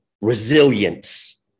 resilience